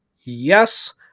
Yes